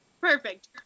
perfect